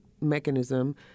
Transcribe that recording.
mechanism